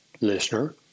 listener